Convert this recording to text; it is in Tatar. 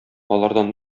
алардан